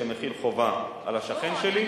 שמחיל חובה על השכן שלי,